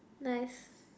nice